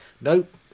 nope